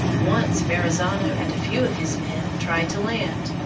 once verrazzano and a few of his men tried to land.